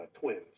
twins